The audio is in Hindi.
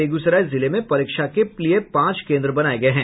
बेगूसराय जिले में परीक्षा के पांच केन्द्र बनाये गये हैं